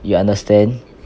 you understand